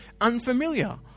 unfamiliar